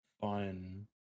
Fine